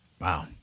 Wow